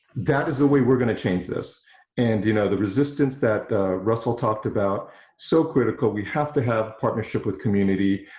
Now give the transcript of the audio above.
that is the way we're gonna change this and you know the resistance that russell talked about so critical, we have to have partnership with community,